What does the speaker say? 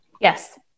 Yes